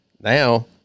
Now